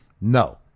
no